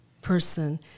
person